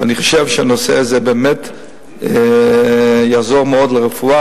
ואני חושב שהנושא הזה באמת יעזור מאוד לרפואה,